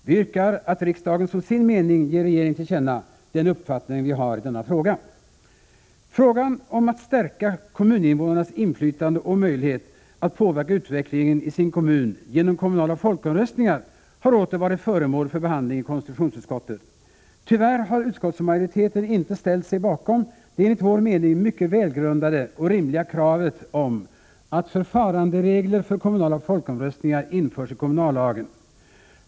Vi yrkar att riksdagen som sin mening ger regeringen till känna den uppfattning vi har i denna fråga. Frågan om att stärka kommuninvånarnas inflytande och möjlighet att påverka utvecklingen i sin kommun genom kommunal folkomröstning har åter varit föremål för behandling i konstitutionsutskottet. Tyvärr har utskottsmajoriteten inte ställt sig bakom det enligt min mening mycket välgrundade och rimliga kravet om att förfaranderegler för kommunala folkomröstningar införs i kommunallagen.